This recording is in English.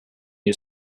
you